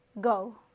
go